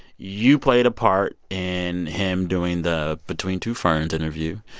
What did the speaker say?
you played a part in him doing the between two ferns interview.